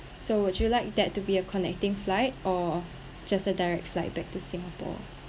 so would you like that to be a connecting flight or just a direct flight back to singapore